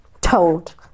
told